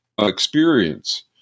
experience